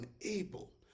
unable